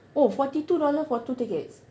oh forty two dollars for two tickets